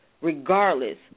regardless